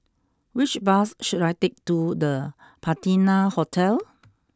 which bus should I take to the Patina Hotel